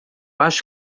acho